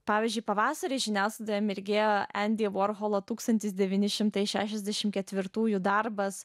pavyzdžiui pavasarį žiniasklaidoje mirgėjo endy vorholo tūkstantis devyni šimtai šešiasdešimt ketvirtųjų darbas